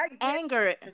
anger